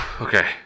Okay